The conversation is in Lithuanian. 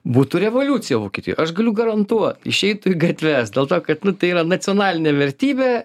būtų revoliucija vokietijoj aš galiu garantuot išeitų į gatves dėl to kad tai yra nacionalinė vertybė